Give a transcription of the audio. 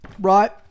right